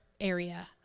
area